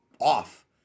off